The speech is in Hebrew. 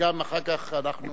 אחר כך אנחנו